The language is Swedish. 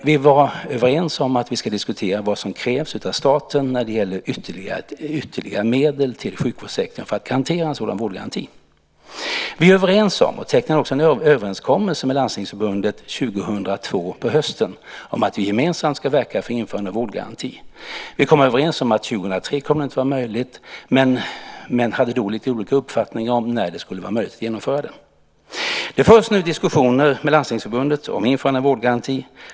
Vi var överens om att vi ska diskutera vad som krävs av staten när det gäller ytterligare medel till sjukvårdssektorn för att garantera en sådan här vårdgaranti. Vi var överens och tecknade också en överenskommelse med Landstingsförbundet på hösten 2002 om att vi gemensamt ska verka för införandet av vårdgarantin. Vi kom överens om att det inte kommer att vara möjligt år 2003 men hade lite olika uppfattningar om när det skulle vara möjligt att genomföra vårdgarantin. Det förs nu diskussioner med Landstingsförbundet om införandet av vårdgarantin.